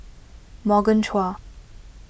Morgan Chua